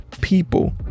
people